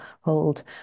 hold